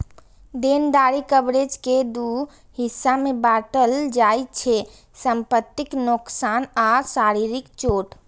देनदारी कवरेज कें दू हिस्सा मे बांटल जाइ छै, संपत्तिक नोकसान आ शारीरिक चोट